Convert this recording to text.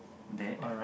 that